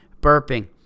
burping